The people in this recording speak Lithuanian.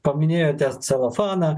paminėjote celofaną